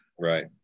Right